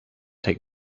take